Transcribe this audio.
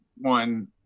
one